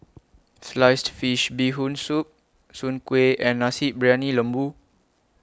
Sliced Fish Bee Hoon Soup Soon Kueh and Nasi Briyani Lembu